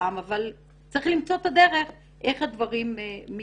אבל צריך למצוא את הדרך איך הדברים מתבצעים.